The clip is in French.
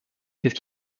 qu’est